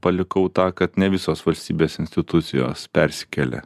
palikau tą kad ne visos valstybės institucijos persikėlė